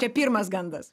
čia pirmas gandas